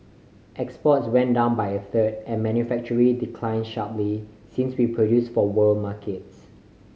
exports went down by a third and manufacturing declined sharply since we produced for world markets